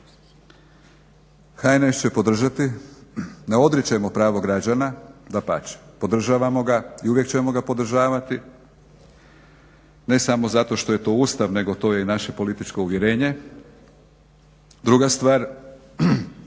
HNS će podržati. Ne odričemo pravo građana, dapače, podržavamo ga i uvijek ćemo ga podržavati ne samo zato što je to Ustav nego to je i naše političko uvjerenje. Druga stvar,